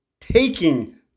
Taking